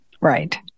Right